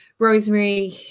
Rosemary